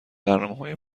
برنامههای